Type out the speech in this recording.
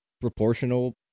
proportional